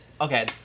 okay